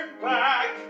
back